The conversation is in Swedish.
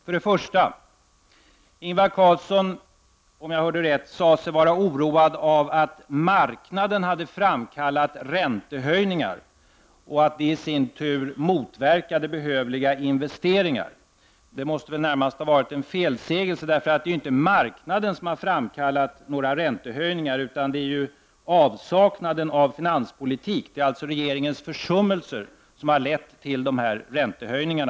För det första: Ingvar Carlsson sade sig, om jag hörde rätt, vara oroad över att marknaden hade framkallat räntehöjningar och att det i sin tur motverkar behövliga investeringar. Detta måste väl snarast ha varit en felsägning. Det är inte marknaden som har framkallat några räntehöjningar, utan det är ju avsaknaden av finanspolitik, dvs. regeringens försummelser som har lett till dessa räntehöjningar.